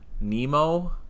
Nemo